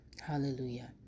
hallelujah